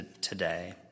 today